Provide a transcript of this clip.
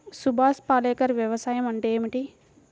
సుభాష్ పాలేకర్ వ్యవసాయం అంటే ఏమిటీ?